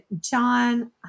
John